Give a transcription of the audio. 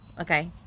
okay